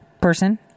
person